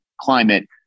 climate